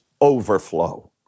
overflow